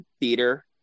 theater